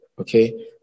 Okay